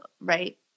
right